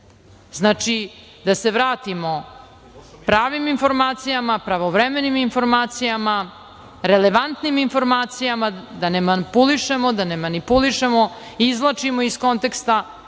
nisu. Znači, da se vratimo pravim informacijama, pravovremenim informacijama, relevantnim informacijama, da ne manipulišemo, izvlačimo iz konteksta